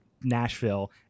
Nashville